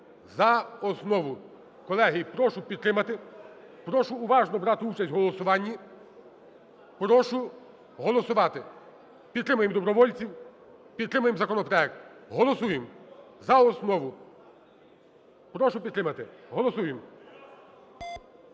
за основу. Колеги, прошу підтримати, прошу уважно брати участь у голосуванні, прошу голосувати. Підтримаємо добровольців, підтримаємо законопроект. Голосуємо за основу, прошу підтримати, голосуємо.